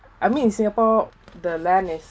I mean in singapore the land is